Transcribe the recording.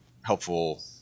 helpful